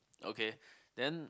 okay then